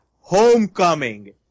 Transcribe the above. Homecoming